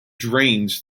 drains